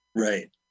right